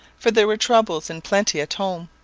for there were troubles in plenty at home.